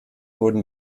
wurden